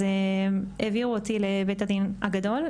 אז העבירו אותי לבית הדין הגדול,